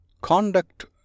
Conduct